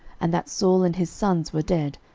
and that saul and his sons were dead,